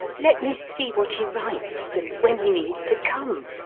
let me see what he writes, and when he means to come.